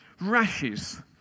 rashes